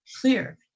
Clear